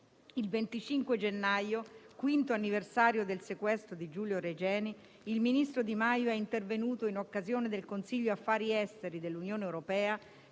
Il 25 gennaio, quinto anniversario del sequestro di Giulio Regeni, il ministro Di Maio è intervenuto in occasione del Consiglio affari esteri dell'Unione europea